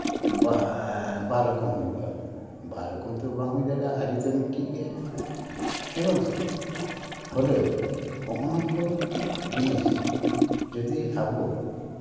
ᱵᱟ ᱵᱟᱨ ᱨᱚᱠᱚᱢ ᱦᱩᱭᱩᱜᱼᱟ ᱵᱟᱨ ᱨᱚᱠᱚᱢ ᱛᱚ ᱵᱟᱝ ᱦᱩᱭ ᱫᱟᱲᱮᱭᱟᱜᱼᱟ ᱟᱹᱨᱤ ᱛᱚ ᱢᱤᱫᱴᱤᱡ ᱜᱮ ᱦᱮᱸ ᱵᱟᱝ ᱥᱮ ᱯᱷᱚᱞᱮ ᱦᱚᱸᱜᱼᱚ ᱱᱟᱠᱚ ᱡᱤᱱᱤᱥ ᱡᱩᱫᱤ ᱟᱵᱚ